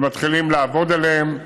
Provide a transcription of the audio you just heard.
ומתחילים לעבוד עליהם.